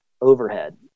overhead